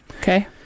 Okay